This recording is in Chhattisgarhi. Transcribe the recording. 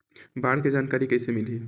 बाढ़ के जानकारी कइसे मिलही?